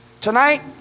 Tonight